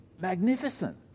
magnificent